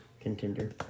contender